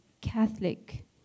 Catholic